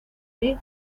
league